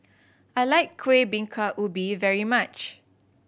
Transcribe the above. I like Kuih Bingka Ubi very much